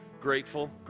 grateful